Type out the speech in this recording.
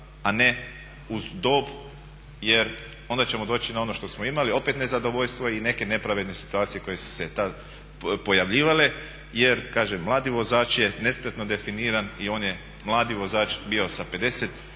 a ne uz dob jer onda ćemo doći na ono što smo imali opet nezadovoljstvo i neke nepravedne situacije koje su i tad pojavljivale. Jer kažem mladi vozač je nespretno definiran i on je mladi vozač bio sa 50.,